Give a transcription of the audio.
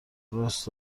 راس